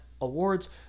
awards